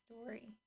story